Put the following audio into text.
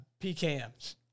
PKMs